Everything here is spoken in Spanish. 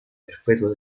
perpetuo